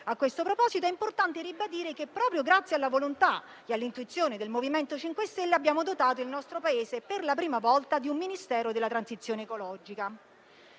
A questo proposito, è importante dire che, proprio grazie alla volontà e all'intuizione del MoVimento 5 Stelle, abbiamo dotato il nostro Paese, per la prima volta, di un Ministero della transizione ecologica.